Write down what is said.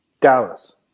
Dallas